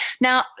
Now